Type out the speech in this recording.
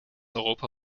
europa